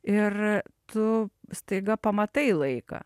ir tu staiga pamatai laiką